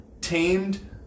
tamed